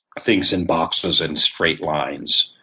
thinks in boxes and straight lines,